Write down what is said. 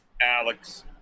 Alex